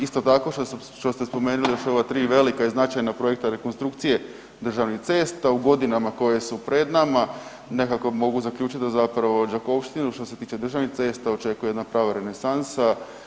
Isto tako što ste spomenuli još ova 3 velika i značajna projekta rekonstrukcije državnih cesta u godinama koje su pred nama nekako mogu zaključiti da zapravo Đakovštinu što se tiče državni cesta očekuje jedna prava renesansa.